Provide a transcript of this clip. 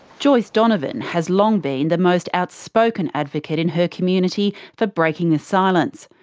joyce donovan has long been the most outspoken advocate in her community for breaking the silence.